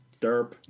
Derp